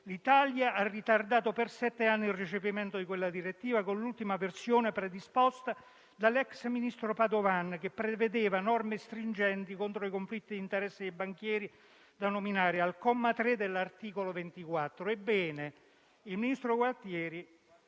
L'Italia ha ritardato per sette anni il recepimento di quella direttiva, con l'ultima versione predisposta dall'ex ministro Padoan, che prevedeva norme stringenti contro i conflitti di interesse dei banchieri da nominare, al comma 3 dell'articolo 24. Ebbene, il ministro Gualtieri,